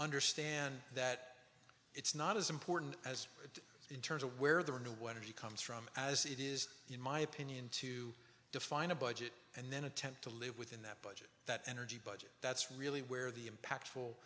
understand that it's not as important as that in terms of where the new when he comes from as it is in my opinion to define a budget and then attempt to live within that budget that energy budget that's really where the impact